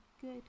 good